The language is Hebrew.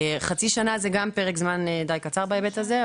חצי שנה זה גם פרק זמן די קצר בהיבט הזה,